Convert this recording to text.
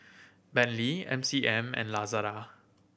Bentley M C M and Lazada